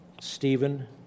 Stephen